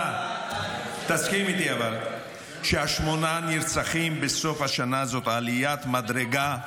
אבל תסכים איתי ששמונת הנרצחים בסוף השנה הם עליית מדרגה.